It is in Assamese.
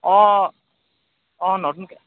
অঁ অঁ নতুনকৈ